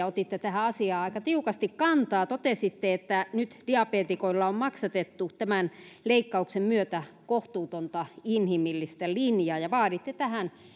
otitte tähän asiaan viime kaudella aika tiukasti kantaa ja totesitte että nyt diabeetikoilla on maksatettu tämän leikkauksen myötä kohtuutonta inhimillistä linjaa ja vaaditte tähän